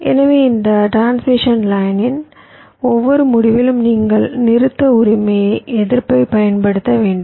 எனவே இந்த டிரான்ஸ்மிஷன் லைனின் ஒவ்வொரு முடிவிலும் நீங்கள் நிறுத்த உரிமையை எதிர்ப்பைப் பயன்படுத்த வேண்டும்